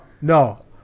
No